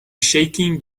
shaking